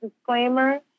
disclaimer